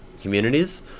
communities